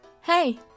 hey